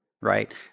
right